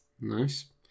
Nice